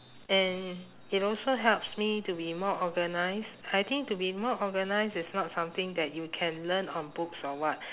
and it also helps me to be more organised I think to be more organised is not something that you can learn on books or what